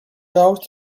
out